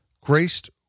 Graced